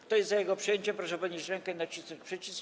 Kto jest za jego przyjęciem, proszę podnieść rękę i nacisnąć przycisk.